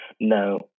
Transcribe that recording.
No